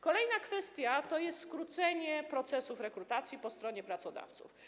Kolejna kwestia to jest skrócenie procesu rekrutacji po stronie pracodawców.